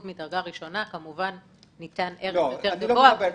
מדרגה ראשונה ניתן ערך יותר גבוה.